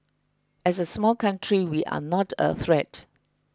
as a small country we are not a threat